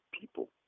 people